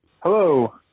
Hello